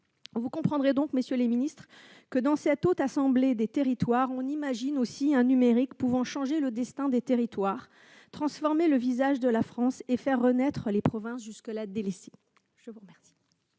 Vous comprendrez donc, monsieur le ministre, que, dans cette Haute Assemblée des territoires, on imagine aussi un numérique pouvant changer le destin des territoires, transformer le visage de la France et faire renaître des provinces jusque-là délaissées ! La parole